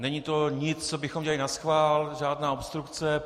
Není to nic, co bychom dělali naschvál, žádná obstrukce.